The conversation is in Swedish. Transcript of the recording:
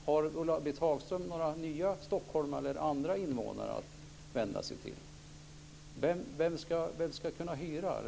Har Ulla-Britt Hagström några nya stockholmare eller andra invånare att vända sig till? Vem ska kunna hyra?